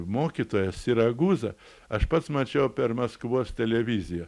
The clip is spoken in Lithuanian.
mokytojas siragūza aš pats mačiau per maskvos televiziją